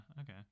Okay